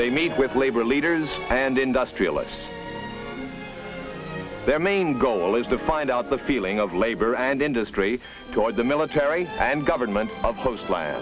they meet with labor leaders and industrialists their main goal is to find out the feeling of labor and industry toward the military and government